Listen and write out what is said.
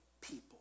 people